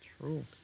True